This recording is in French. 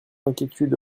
inquiétude